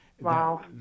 Wow